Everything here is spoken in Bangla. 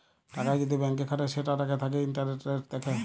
টাকা যদি ব্যাংকে খাটায় সেটার আগে থাকে ইন্টারেস্ট রেট দেখে